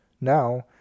Now